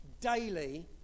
daily